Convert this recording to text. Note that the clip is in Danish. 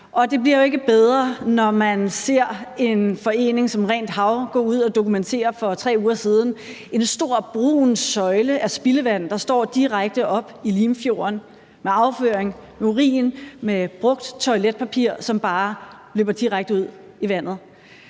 det bliver ikke bedre, når man ser en forening som Rent Hav for 3 uger siden gå ud og dokumentere en stor brun søjle af spildevand, der står direkte op i Limfjorden, med afføring, urin og brugt toiletpapir, som bare løber direkte ud i vandet.